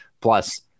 Plus